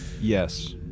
Yes